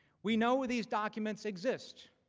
we know these documents exist.